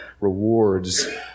rewards